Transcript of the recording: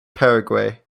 paraguay